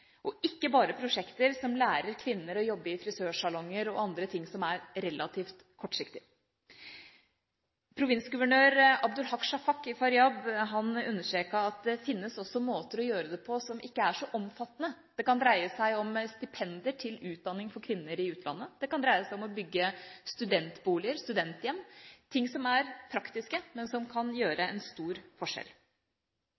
og ikke bare prosjekter som lærer kvinner å jobbe i frisørsalonger og andre ting, som er relativt kortsiktig. Provinsguvernør Abdul Haq Shafaq i Faryab understreket at det fins også måter å gjøre det på som ikke er så omfattende. Det kan dreie seg om stipender til utdanning for kvinner i utlandet. Det kan dreie seg om å bygge studentboliger, studenthjem – ting som er praktiske, men som kan gjøre